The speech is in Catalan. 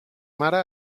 mare